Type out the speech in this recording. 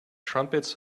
trumpets